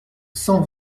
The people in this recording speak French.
cent